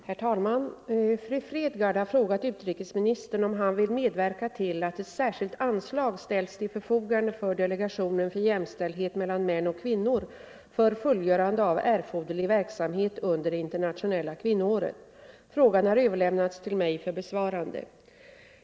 Herr talman! Fru Fredgardh har frågat utrikesministern om han vill medverka till att ett särskilt anslag ställs till förfogande för delegationen för jämställdhet mellan män och kvinnor för fullgörande av erforderlig verksamhet under det internationella kvinnoåret. Frågan har överlämnats till mig för besvarande.